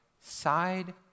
side